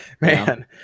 man